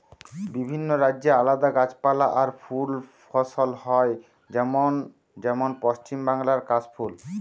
বিভিন্ন রাজ্যে আলদা গাছপালা আর ফুল ফসল হয় যেমন যেমন পশ্চিম বাংলায় কাশ ফুল